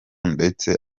ndetse